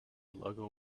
logo